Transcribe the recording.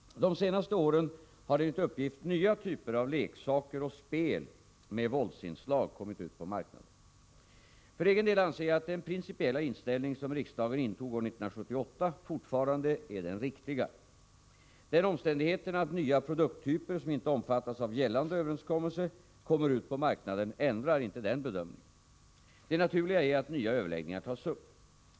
De senaste åren har enligt uppgift nya typer av leksaker och spel med våldsinslag kommit ut på marknaden. För egen del anser jag att den principiella inställning som riksdagen intog år 1978 fortfarande är den riktiga. Den omständigheten att nya produkttyper som inte omfattas av gällande överenskommelse kommer ut på marknaden ändrar inte den bedömningen. Det naturliga är att nya överläggningar tas upp.